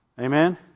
Amen